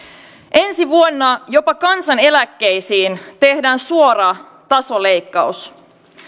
ensi vuonna jopa kansaneläkkeisiin tehdään suora tasoleikkaus